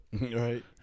Right